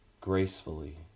gracefully